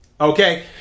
Okay